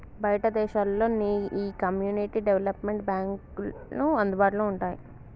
బయటి దేశాల్లో నీ ఈ కమ్యూనిటీ డెవలప్మెంట్ బాంక్లు అందుబాటులో వుంటాయి